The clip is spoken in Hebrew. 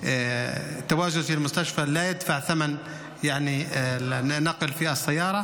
הוא דואג למתן טיפולים נפשיים,